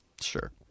Sure